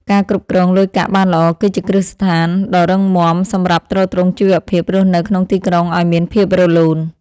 ការគ្រប់គ្រងលុយកាក់បានល្អ គឺជាគ្រឹះស្ថានដ៏រឹងមាំសម្រាប់ទ្រទ្រង់ជីវភាពរស់នៅក្នុងទីក្រុងឱ្យមានភាពរលូន។